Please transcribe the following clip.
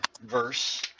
verse